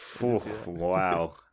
wow